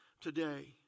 today